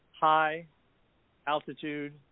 high-altitude